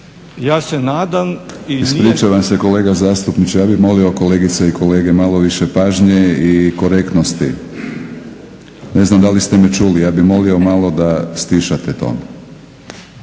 Milorad (HNS)** Ispričavam se kolega zastupniče, ja bih molio kolegice i kolege malo više pažnje i korektnosti. Ne znam da li ste me čuli, ja bih molio malo da stišate ton.